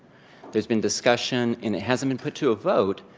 there's been discussion, and it hasn't been put to a vote,